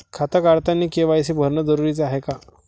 खातं काढतानी के.वाय.सी भरनं जरुरीच हाय का?